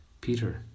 Peter